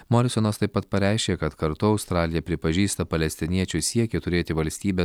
morisonas taip pat pareiškė kad kartu australija pripažįsta palestiniečių siekį turėti valstybę